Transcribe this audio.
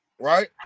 Right